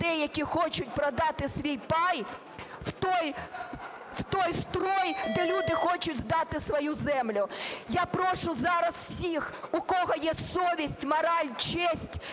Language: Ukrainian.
які хочуть продати свій пай, в той строй, де люди хочуть здати свою землю. Я прошу зараз всіх, у кого є совість, мораль, честь